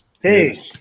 Hey